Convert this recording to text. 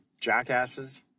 jackasses